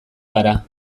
gara